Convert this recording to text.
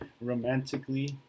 romantically